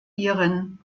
iren